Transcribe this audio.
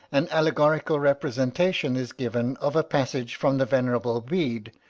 an allegorical representation is given of a passage from the venerable bede,